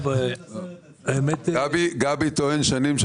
גבי טוען שנים,